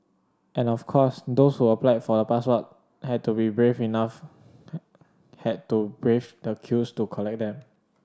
and of course those who applied for the passport had to brave enough had to brave the queues to collect them